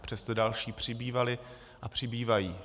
Přesto další přibývaly a přibývají.